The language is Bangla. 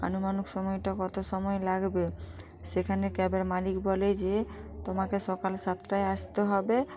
আনুমানুক সময়টা কত সময় লাগবে সেখানে ক্যাবের মালিক বলে যে তোমাকে সকাল সাতটায় আসতে হবে